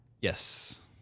yes